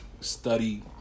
study